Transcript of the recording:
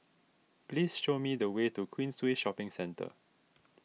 please show me the way to Queensway Shopping Centre